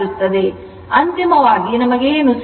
ಆದ್ದರಿಂದ ಅಂತಿಮವಾಗಿ ನಮಗೆ ಏನು ಸಿಕ್ಕಿತು